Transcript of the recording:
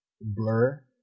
blur